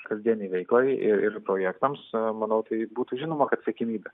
kasdienei veiklai ir projektams manau tai būtų žinoma kad siekiamybė